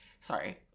Sorry